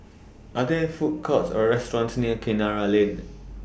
Are There Food Courts Or restaurants near Kinara Lane